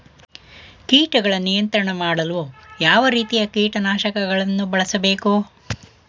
ಕೀಟಗಳ ನಿಯಂತ್ರಣ ಮಾಡಲು ಯಾವ ರೀತಿಯ ಕೀಟನಾಶಕಗಳನ್ನು ಬಳಸಬೇಕು?